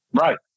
Right